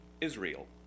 Israel